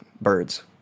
birds